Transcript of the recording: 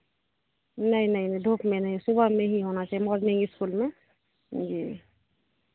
नहीं नहीं नहीं धूप में नहीं सुबह में ही होना चाहिए मॉर्निंग इस्कूल में जी